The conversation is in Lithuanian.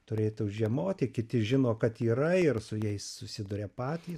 turėtų žiemoti kiti žino kad yra ir su jais susiduria patys